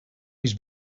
his